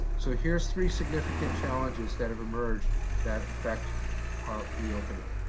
so here's three significant challenges that have emerged that affect our reopening.